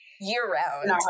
year-round